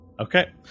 Okay